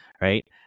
right